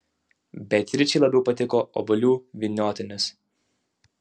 beatričei labiau patiko obuolių vyniotinis